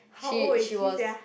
how old is she sia